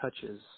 touches